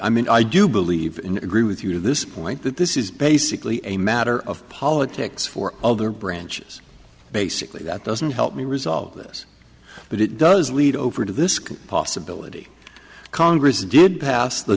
i mean i do believe in agree with you to this point that this is basically a matter of politics for all their branches basically that doesn't help me resolve this but it does lead over to this possibility congress did pass the